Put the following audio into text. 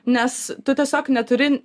nes tu tiesiog neturi